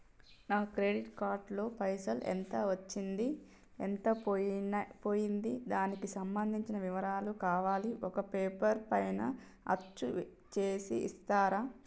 నా credit card లో పైసలు ఎంత వచ్చింది ఎంత పోయింది దానికి సంబంధించిన వివరాలు కావాలి ఒక పేపర్ పైన అచ్చు చేసి ఇస్తరా?